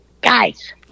guys